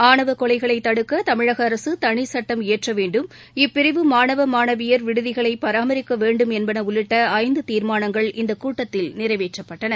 ஆணவகொலைகளைதடுக்க தமிழகஅரசுதளிசட்டம் இயற்றவேண்டும் இப்பிரிவு மாணவமாணவியர் விடுதிகளைபராமரிக்கவேண்டும் என்பனஉள்ளிட்டஐந்துதீர்மானங்கள் இந்தகூட்டத்தில் நிறைவேற்றப்பட்டன